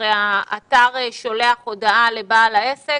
הרי האתר שלח הודעה לבעל העסק